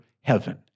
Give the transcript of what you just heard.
heaven